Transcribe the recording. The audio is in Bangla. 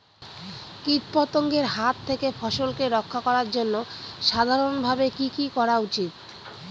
কীটপতঙ্গের হাত থেকে ফসলকে রক্ষা করার জন্য সাধারণভাবে কি কি করা উচিৎ?